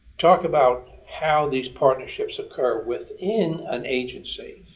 talk about how these partnerships occur within an agency,